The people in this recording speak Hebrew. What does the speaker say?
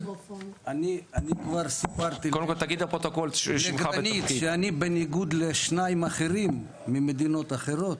אני כבר סיפרתי לגרנית שאני בניגוד לשניים האחרים ממדינות אחרות,